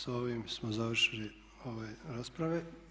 S ovim smo završili ove rasprave.